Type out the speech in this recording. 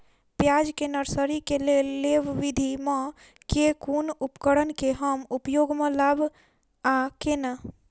प्याज केँ नर्सरी केँ लेल लेव विधि म केँ कुन उपकरण केँ हम उपयोग म लाब आ केना?